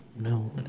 no